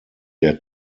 der